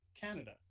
Canada